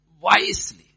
wisely